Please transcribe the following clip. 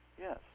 Yes